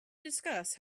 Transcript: discuss